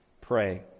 pray